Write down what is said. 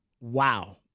Wow